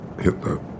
Hitler